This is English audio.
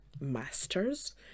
masters